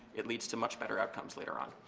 it leads to much better outcomes later own.